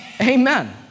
Amen